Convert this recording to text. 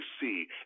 see